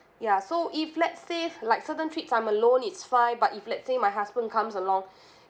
ya so if let's say like certain trips I'm alone it's fine but if let's say my husband comes along